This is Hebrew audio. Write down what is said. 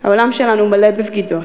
העולם שלנו מלא בבגידות: